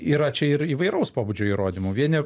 yra čia ir įvairaus pobūdžio įrodymų vieni